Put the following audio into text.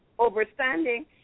understanding